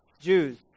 Jews